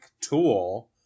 tool